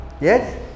Yes